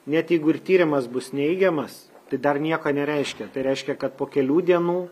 net jeigu ir tyrimas bus neigiamas tai dar nieko nereiškia tai reiškia kad po kelių dienų